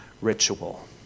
ritual